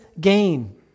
gain